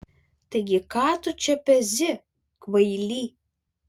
taigi ką tu čia pezi kvaily